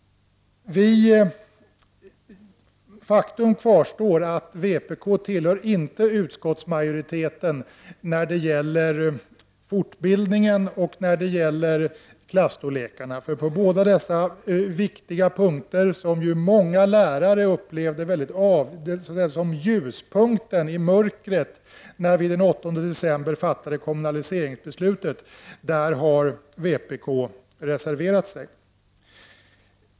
Faktum kvarstår att vpk inte tillhör utskottsmajoriteten när det gäller fortbildningen och klassstorlekarna. På båda dessa viktiga punkter — som många lärare upplever som ljuspunkter i mörkret när vi fattade kommunaliseringsbeslutet den 8 december — har vpk reserverat sig.